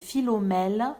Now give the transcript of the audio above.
philomèle